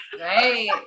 Right